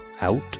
Out